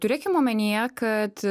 turėkim omenyje kad